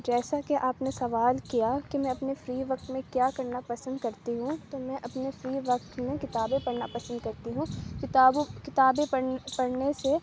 جیسا کہ آپ نے سوال کیا کہ میں اپنے فری وقت میں کیا کرنا پسند کرتی ہوں تو میں اپنے فری وقت میں کتابیں پڑھنا پسند کرتی ہوں کتابوں کتابیں پڑھنے پڑھنے سے